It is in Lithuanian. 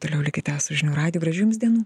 toliau likite su žinių radiju gražių jums dienų